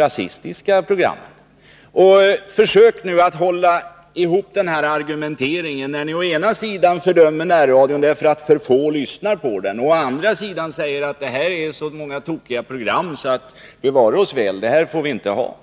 rasistiska programmen. Försök nu att hålla ihop argumenteringen. Å ena sidan fördömer ni närradion därför att alltför få lyssnar på den. Å andra sidan säger ni att närradion har så många tokiga program att — bevare oss väl — sånt skall man inte lyssna på.